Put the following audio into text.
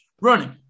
Running